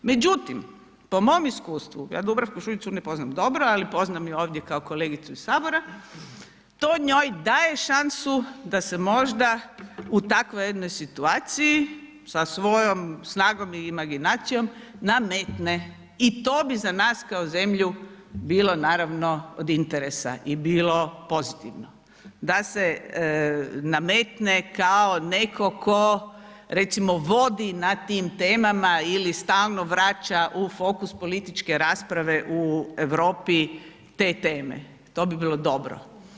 Međutim, po mom iskustvu, ja Dubravku Šuicu ne poznam dobro, ali poznam ju ovdje kao kolegicu iz Sabora, to njoj daje šansu da se možda u takvoj jednoj situaciji sa svojom snagom i imaginacijom nametne i to bi za nas kao zemlju bilo naravno od interesa i bilo pozitivno, da se nametne kao netko tko recimo vodi na tim temama ili stalno vraća u fokus političke rasprave u Europi te teme, to bi bilo dobro.